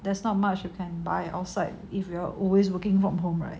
there's not much you can buy outside if you are always working from home right